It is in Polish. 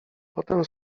potem